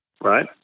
right